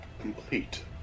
Complete